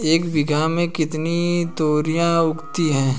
एक बीघा में कितनी तोरियां उगती हैं?